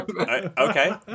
Okay